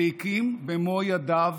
שהקים במו ידיו